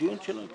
דיון שלו.